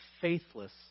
faithless